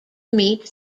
meet